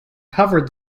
covered